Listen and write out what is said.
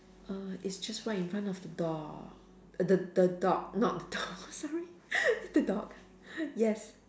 err it's just right in front of the door the the dog not the door sorry the dog yes